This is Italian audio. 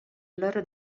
loro